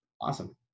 Awesome